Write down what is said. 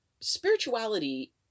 spirituality